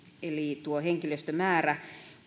eli tuo henkilöstömäärä